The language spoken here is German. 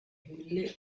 hülle